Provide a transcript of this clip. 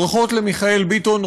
ברכות למיכאל ביטון,